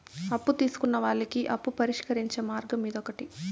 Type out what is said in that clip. అప్పు తీసుకున్న వాళ్ళకి అప్పు పరిష్కరించే మార్గం ఇదొకటి